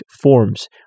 forms